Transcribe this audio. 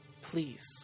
Please